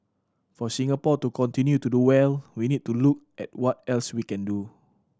for Singapore to continue to do well we need to look at what else we can do